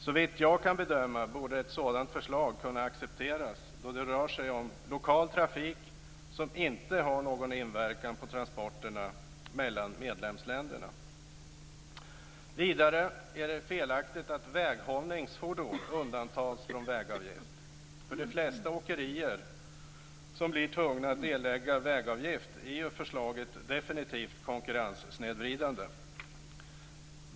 Såvitt jag kan bedöma borde ett sådant förslag kunna accepteras då det rör sig om lokal trafik som inte har någon inverkan på transporterna mellan medlemsländerna. Vidare är det felaktigt att väghållningsfordon undantas från vägavgift. För de flesta åkerier som blir tvungna att erlägga vägavgift är förslaget definitivt konkurrenssnedvridande.